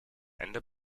ende